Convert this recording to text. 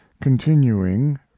continuing